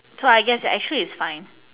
so I guess that's actually is fine